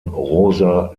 rosa